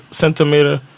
centimeter